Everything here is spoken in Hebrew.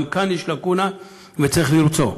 גם כאן יש לקונה וצריך למצוא,